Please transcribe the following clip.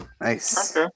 Nice